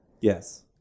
Yes